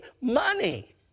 money